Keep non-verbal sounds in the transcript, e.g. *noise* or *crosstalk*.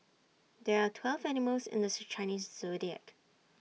there are twelve animals in the *hesitation* Chinese Zodiac